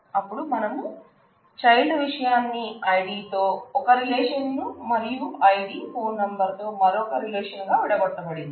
అపుడు మనం చైల్డ్ విషయాన్ని ఐడి తో ఒక రిలేషన్ ను మరియు ఐడీ ఫోన్ నంబర్ తో మరొక రిలేషన్ గా విడగొట్టిబడింది